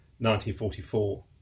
1944